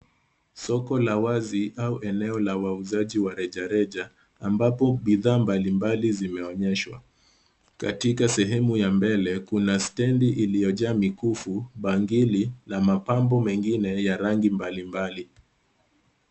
Soko la wazi au eneo la wauzaji wa rejareja, ambapo bidhaa mbalimbali zimeonyeshwa. Katika sehemu ya mbele, kuna stendi iliyojaa mikufu, bangili na mapambo mengine ya rangi mbalimbali.